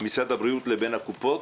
משרד הבריאות לבין הקופות.